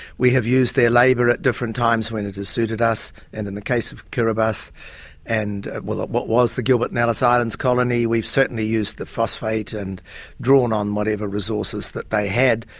we have used their labour at different times when it has suited us, and in the case of kiribati and well what was the gilbert and ellice islands colony, we've certainly used the phosphate and drawn on whatever resources that they had,